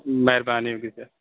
مہربانی ہوگی سر